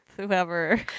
whoever